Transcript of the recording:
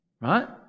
Right